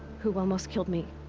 who almost killed me.